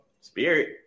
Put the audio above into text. Spirit